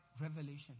revelation